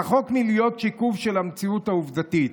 רחוק מלהיות שיקוף של המציאות העובדתית.